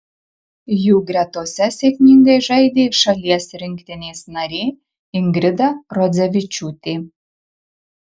jų gretose sėkmingai žaidė šalies rinktinės narė ingrida rodzevičiūtė